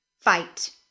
Fight